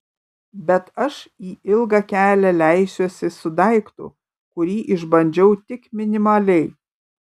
bet aš į ilgą kelią leisiuosi su daiktu kurį išbandžiau tik minimaliai